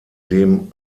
dem